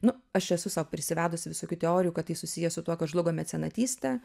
nu aš esu sau privedusi visokių teorijų kad tai susiję su tuo kad žlugo mecenatystė